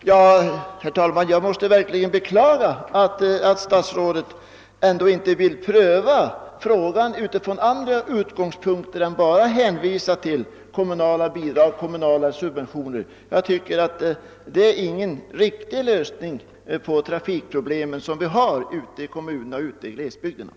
Herr talman! Jag måste verkligen beklaga att statsrådet inte vill pröva frågan utifrån andra utgångspunkter utan bara hänvisar till kommunala bidrag och kommunala subventioner. Det är ingen riktig lösning på de trafikproblem som finns i kommunerna och glesbygderna.